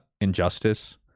injustice